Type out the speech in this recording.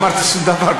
עוד לא אמרתי שום דבר,